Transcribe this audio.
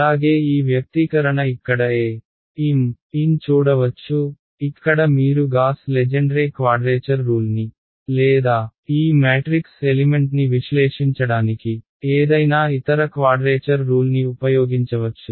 అలాగే ఈ వ్యక్తీకరణ ఇక్కడ a m n చూడవచ్చు ఇక్కడ మీరు గాస్ లెజెండ్రే క్వాడ్రేచర్ రూల్ని లేదా ఈ మ్యాట్రిక్స్ ఎలిమెంట్ని విశ్లేషించడానికి ఏదైనా ఇతర క్వాడ్రేచర్ రూల్ని ఉపయోగించవచ్చు